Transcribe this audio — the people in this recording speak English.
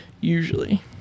Usually